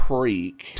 Creek